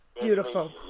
Beautiful